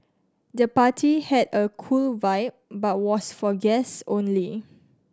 the party had a cool vibe but was for guests only